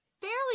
fairly